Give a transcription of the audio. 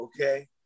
okay